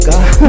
God